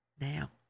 now